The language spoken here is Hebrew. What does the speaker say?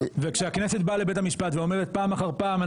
וכשהכנסת באה לבית המשפט ואומרת פעם אחר פעם,